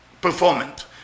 performance